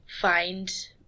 find